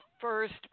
first